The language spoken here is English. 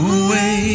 away